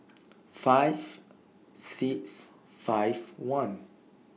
five six five one